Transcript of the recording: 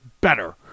better